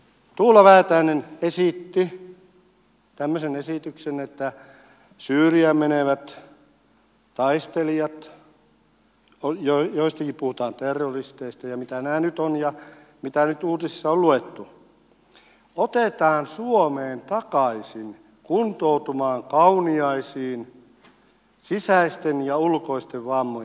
tuula väätäinen esitti tämmöisen esityksen että syyriaan menevät taistelijat joistakin puhutaan terroristeina ja mitä nämä nyt ovat ja mitä nyt uutisissa on luettu otetaan suomeen takaisin kuntoutumaan kauniaisiin sisäisten ja ulkoisten vammojen takia